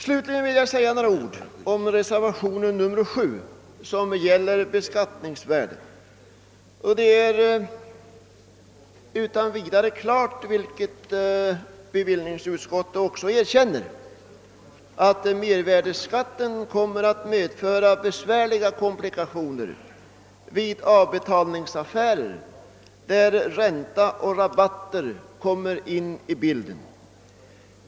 Slutligen vill jag säga några ord om reservationen 7, som gäller beskattningsvärdet. Det är utan vidare klart —- vilket bevillningsutskottet också erkänner — att mervärdeskatten kommer att medföra besvärliga komplikationer vid avbetalningsaffärer där ränta och rabatter kommer in i bilden.